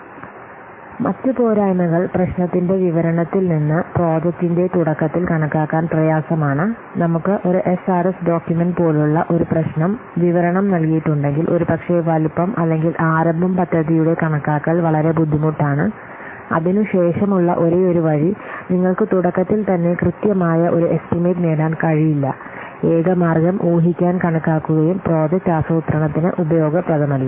അതിനാൽ മറ്റ് പോരായ്മകൾ പ്രശ്നത്തിന്റെ വിവരണത്തിൽ നിന്ന് പ്രോജക്റ്റിന്റെ തുടക്കത്തിൽ കണക്കാക്കാൻ പ്രയാസമാണ് നമുക്ക് ഒരു എസ്ആർഎസ് ഡോക്യുമെന്റ് പോലുള്ള ഒരു പ്രശ്ന വിവരണം നൽകിയിട്ടുണ്ടെങ്കിൽ ഒരുപക്ഷേ വലുപ്പം അല്ലെങ്കിൽ ആരംഭം പദ്ധതിയുടെ കണക്കാക്കൽ വളരെ ബുദ്ധിമുട്ടാണ് അതിനുശേഷമുള്ള ഒരേയൊരു വഴി നിങ്ങൾക്ക് തുടക്കത്തിൽ തന്നെ കൃത്യമായ ഒരു എസ്റ്റിമേറ്റ് നേടാൻ കഴിയില്ല ഏക മാർഗം ഊഹിക്കാൻ കണക്കാക്കുകയും പ്രോജക്റ്റ് ആസൂത്രണത്തിന് ഉപയോഗപ്രദമല്ല